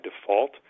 default